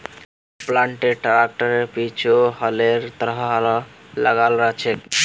planter ट्रैक्टरेर पीछु हलेर तरह लगाल रह छेक